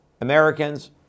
Americans